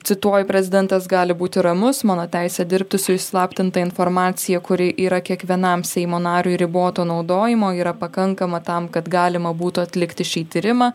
cituoju prezidentas gali būti ramus mano teisė dirbti su įslaptinta informacija kuri yra kiekvienam seimo nariui riboto naudojimo yra pakankama tam kad galima būtų atlikti šį tyrimą